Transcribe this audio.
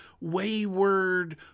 wayward